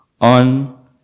on